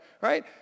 right